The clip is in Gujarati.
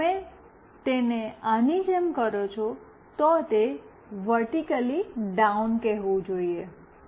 જો તમે તેને આની જેમ કરો છો તો તે વર્ટિક્લી ડાઉન કહેવું જોઈએ